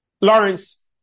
Lawrence